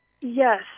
yes